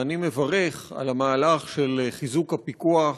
ואני מברך על המהלך של חיזוק הפיקוח,